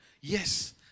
Yes